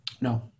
No